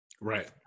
Right